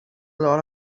lot